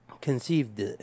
conceived